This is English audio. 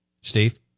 Steve